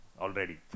already